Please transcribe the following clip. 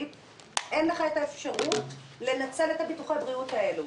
אין לך את האפשרות לנצל את ביטוחי הבריאות האלה,